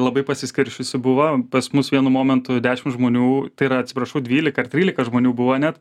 labai pasiskirsčiusi buvo pas mus vienu momentu dešim žmonių tai yra atsiprašau dvylika ar trylika žmonių buvo net